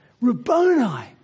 Rabboni